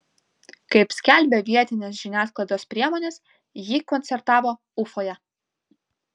kaip skelbia vietinės žiniasklaidos priemonės ji koncertavo ufoje